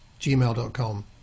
gmail.com